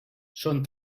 són